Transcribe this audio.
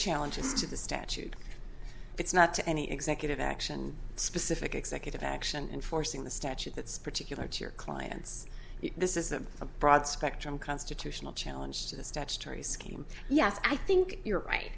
challenge is to the statute it's not to any executive action specific executive action enforcing the statute that's particular to your clients this is a broad spectrum constitutional challenge to the statutory scheme yes i think you're right